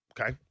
Okay